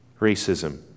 Racism